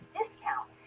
discount